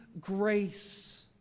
grace